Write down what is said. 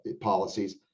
policies